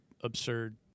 absurd